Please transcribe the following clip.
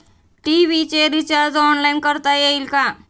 TV चे recharge online करता येईल का?